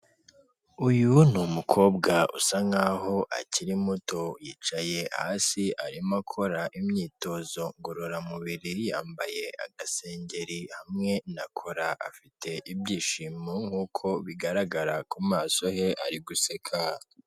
Uyu ni umukobwa usa nk'aho akiri muto, yicaye hasi arimo akora imyitozo ngororamubiriri, yambaye agasengengeri hamwe na kora, afite ibyishimo nk'uko bigaragara ku maso he ari guseka.